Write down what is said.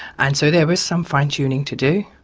and so there was some fine tuning to do,